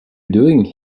doing